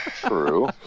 True